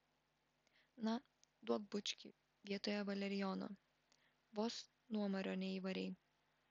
na duok bučkį vietoje valerijono vos nuomario neįvarei